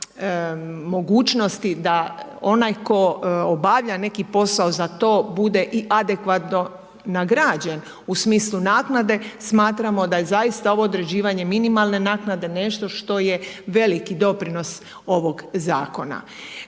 mogućnosti da onaj tko obavlja neki posao za to, bude i adekvatno nagrađen u smislu naknade, smatramo da je zaista ovo određivanje minimalne naknade nešto što je veliki doprinos ovog zakona.